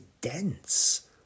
dense